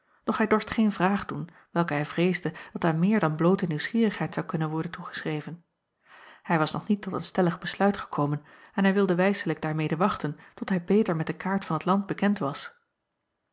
doch hij dorst geen vraag doen welke hij vreesde dat aan meer dan bloote nieuwsgierigheid zou kunnen worden toegeschreven ij was nog niet tot een stellig besluit gekomen en hij wilde wijselijk daarmede wachten tot hij beter met de kaart van t land bekend was